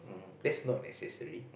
that's not necessary